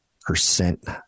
percent